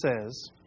says